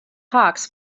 hawks